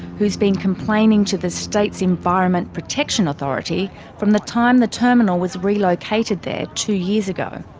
who has been complaining to the state's environment protection authority from the time the terminal was relocated there two years ago.